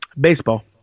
Baseball